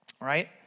right